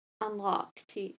unlocked